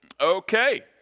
Okay